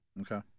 Okay